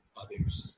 others